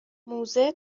موزه